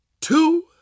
two